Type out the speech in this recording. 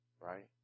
right